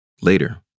Later